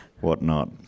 whatnot